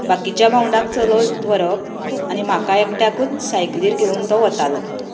बाकीच्या भांवडांक चलयत व्हरप आनी म्हाका एकट्याकूच सायकलीर घेवन तो वतालो